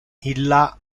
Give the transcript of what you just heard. illa